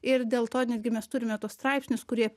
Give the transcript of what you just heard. ir dėl to netgi mes turime tuos straipsnius kurie